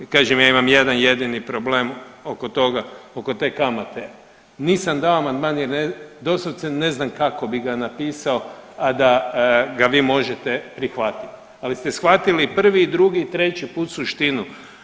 I kažem ja imam jedan jedni problem oko toga, oko te kamate, nisam dao amandman jer doslovce ne znam kako bi ga napisao, a da ga vi možete prihvatiti, ali ste shvatili prvi i drugi i treći put suštinu.